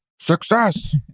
Success